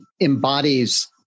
embodies